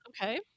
Okay